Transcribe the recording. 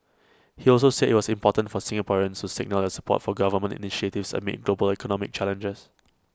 he also said IT was important for Singaporeans to signal their support for government initiatives amid global economic challenges